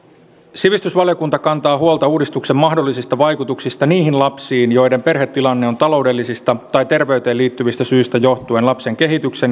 sivistysvaliokunta kantaa huolta uudistuksen mahdollisista vaikutuksista niihin lapsiin joiden perhetilanne on taloudellisista tai terveyteen liittyvistä syistä johtuen lapsen kehityksen